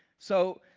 so,